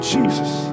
Jesus